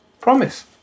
promise